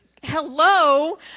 hello